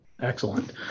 Excellent